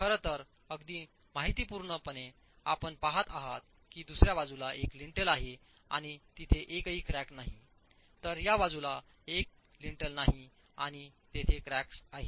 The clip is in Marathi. खरं तर अगदी माहितीपूर्णपणे आपण पहात आहात की दुसऱ्या बाजूला एक लिंटल आहे आणि तेथे एकही क्रॅक नाही तर या बाजूला एक लिंटल नाही आणि तेथे क्रॅक्स आहेत